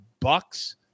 Bucks